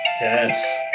yes